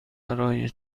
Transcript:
برای